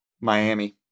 Miami